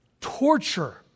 torture